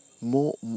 more